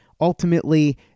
ultimately